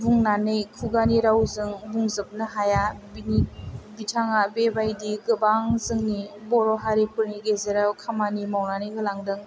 बुंनानै खुगानि रावजों बुंजोबनो हाया बिथाङा बेबायदि गोबां जोंनि बर' हारिफोरनि गेजेराव खामानि मावनानै होलांदों